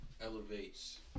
elevates